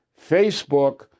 Facebook